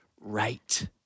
right